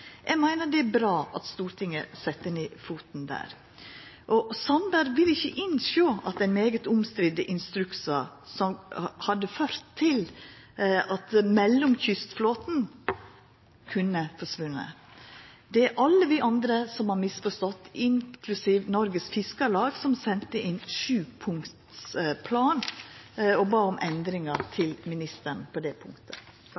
Eg meiner det er bra at Stortinget sette ned foten der. Sandberg vil ikkje innsjå at dei mykje omstridde instruksane ville ha ført til at mellomkystflåten kunne ha forsvunne. – Det er alle vi andre som har misforstått, inklusive Norges Fiskarlag, som sende inn ein sjupunktsplan til statsråden og bad om endringar